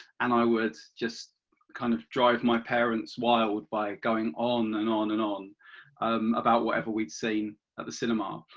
and i would just kind of drive my parents wild by going on and on and on about whatever we had seen at the cinema.